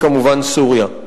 היא כמובן סוריה.